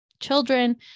children